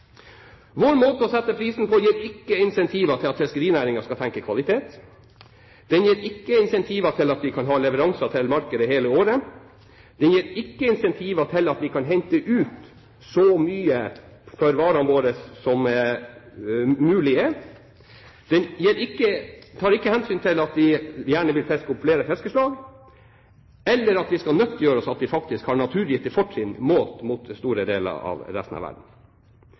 Vår måte å sette prisen på gir ikke incentiver til at fiskerinæringen skal tenke kvalitet. Den gir ikke incentiver til at vi kan ha leveranser til markedet hele året, den gir ikke incentiver til at vi skal hente ut så mye av varene våre som mulig er, den tar ikke hensyn til at vi gjerne vil fiske opp flere fiskeslag, eller at vi skal nyttiggjøre oss av at vi faktisk har naturgitte fortrinn målt mot store deler av resten av verden.